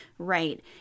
Right